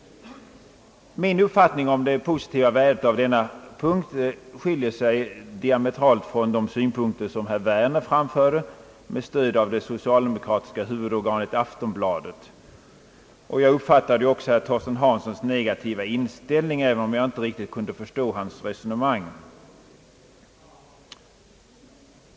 Min uppfattning om det positiva värdet av dessa garantier skiljer sig diametralt från de synpunkter som herr Werner framförde med stöd av det socialdemokratiska huvudorganet Aftonbladet. Jag uppfattade också herr Torsten Hanssons negativa inställning, även om jag inte riktigt kunde förstå hans resonemang.